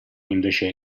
invece